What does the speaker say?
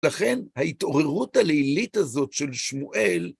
לכן ההתעוררות הלילית הזאת של שמואל